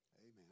Amen